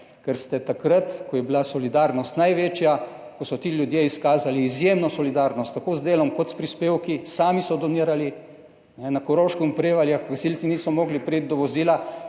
Ker ste takrat, ko je bila solidarnost največja, ko so ti ljudje izkazali izjemno solidarnost, tako z delom kot s prispevki, sami so donirali, na Koroškem, v Prevaljah, gasilci niso mogli priti do vozila,